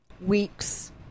weeks